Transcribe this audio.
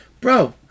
bro